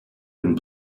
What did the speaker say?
been